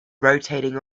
rotating